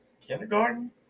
kindergarten